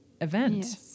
event